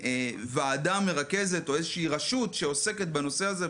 וועדה מרכזת או איזושהי רשות שעוסקת בנושא הזה.